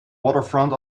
waterfront